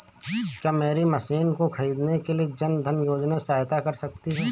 क्या मेरी मशीन को ख़रीदने के लिए जन धन योजना सहायता कर सकती है?